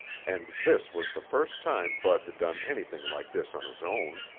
and this was the first time bud had done anything like this on his own.